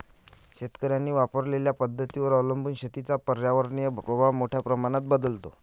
शेतकऱ्यांनी वापरलेल्या पद्धतींवर अवलंबून शेतीचा पर्यावरणीय प्रभाव मोठ्या प्रमाणात बदलतो